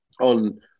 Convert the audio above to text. on